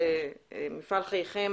זה מפעל חייכם,